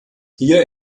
hier